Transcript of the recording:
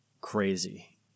crazy